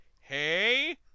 hey